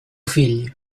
figli